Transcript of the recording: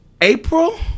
April